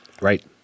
right